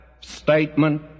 statement